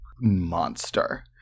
monster